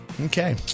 Okay